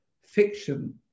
fiction